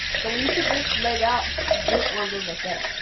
so when you put this leg out, this arm goes like that.